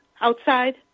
outside